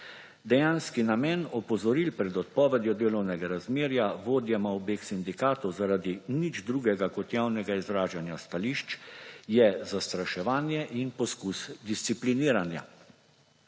Dejanski namen opozoril pred odpovedjo delovnega razmerja vodjema obeh sindikatov zaradi nič drugega kot javnega izražanja stališč je zastraševanje in poskus discipliniranja.